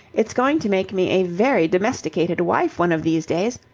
it's going to make me a very domesticated wife one of these days.